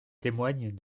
témoignent